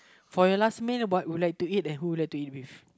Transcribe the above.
for your last meal what would you like to eat and who you like to eat with